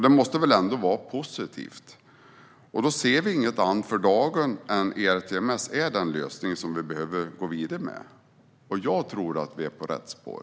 Det måste väl ändå vara positivt, och då ser vi för dagen inget annat än att ERTMS är den lösning som vi behöver gå vidare med. Jag tror att det är rätt spår.